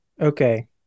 Okay